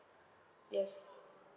yes